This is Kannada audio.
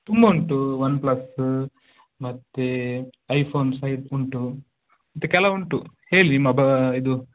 ತುಂಬ ಉಂಟು ಒನ್ಪ್ಲಸ್ಸ್ ಮತ್ತು ಐಫೋನ್ ಸೈಫ್ ಉಂಟು ಮತ್ತು ಕೆಲವು ಉಂಟು ಹೇಳಿ ನಿಮ್ಮ ಬಾ ಇದು